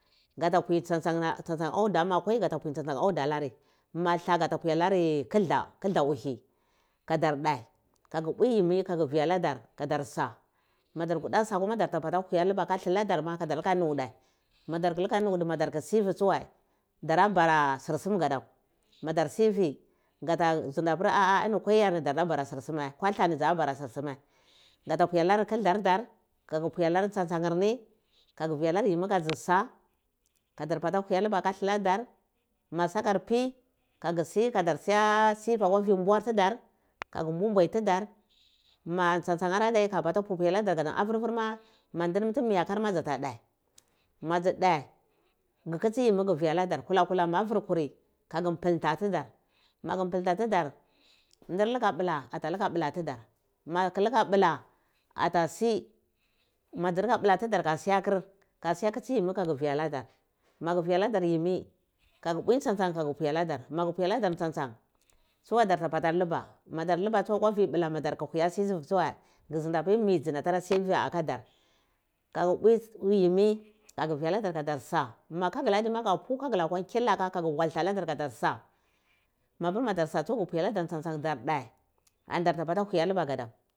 Gata mpui tsan-tsan auda alari ma dlah gata mpwi alari kdlah ba uhi kadardeh gada mpwi himi gaga vi aladar kadar sa mada kuda sa kuma darda bada huya luba aka laladal ma kadar luka nada madar luka nuda madar ku sive tsiwai darda barra sursum gadar madar sivi gada ndi api ah ah kwai yumi darda bara sursuma ko dlah nu dza bara sur suma gata pwi alar kildor dar kagu pwi alar tsan tsanir nir kaga vi allar yimmi ka dzi sa kadar mpala livi aka dluhdur ma sakar pwi dar sivi guluka mbai dudar gaga mbumbai dudar matsatsan ar dudar aga mbala putir aladar avirvir sabpoda ma dza kadar dhe ma dzi dhe ku kitci yimi aya vi aladar kula kula ma vir kur ka gi wilta tudai magu piltan tidari ndir luka bla ata luko pla tudar maku luka bla ataci matalate blu kaci ya kci yimmi ka vi aladar magu vialadar yimmi kaga mpwi tsan-tsan agu vialadar magu mpwi aladar tsan-tsan tsavai dardo pala luba ma dar luba akwa vi bla ma dar huya sivi tsuwai ghusindi apir mi ani sivi aka ahar ka ga mburi yim aga vi alador himi kadarsa mador sa kagla adima aga pwi kagla sa mador sa kagla adima aga pwi kagla kila ka gu waldle aladar kadarsa madarsa mapir darsu tsu agava ladar tsontson tsutsa dar dhe